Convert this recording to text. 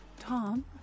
Tom